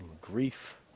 Grief